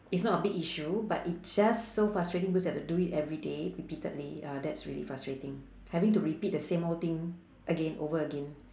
it's not a big issue but it just so frustrating because you have to do it everyday repeatedly uh that's really frustrating having to repeat the same old thing again over again